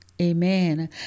Amen